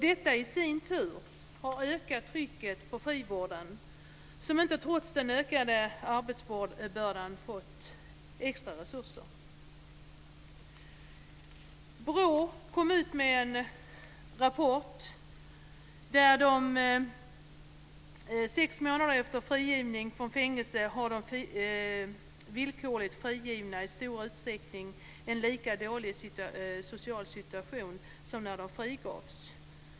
Detta i sin tur har ökat trycket på frivården som inte, trots den ökade arbetsbördan, fått extra resurser. BRÅ kom ut med en rapport där det står att sex månader efter frigivning från fängelse har de villkorligt frigivna i stor utsträckning en lika dålig social situation som när de frigavs.